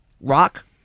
Rock